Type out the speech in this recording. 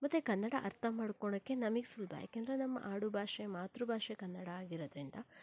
ಮತ್ತು ಕನ್ನಡ ಅರ್ಥ ಮಾಡ್ಕೊಳ್ಳೋಕ್ಕೆ ನಮಗೆ ಸುಲಭ ಯಾಕೆಂದರೆ ನಮ್ಮ ಆಡುಭಾಷೆ ಮಾತೃಭಾಷೆ ಕನ್ನಡ ಆಗಿರೋದ್ರಿಂದ